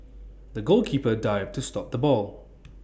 the goalkeeper dived to stop the ball